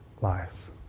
lives